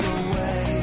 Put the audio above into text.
away